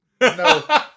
No